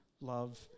love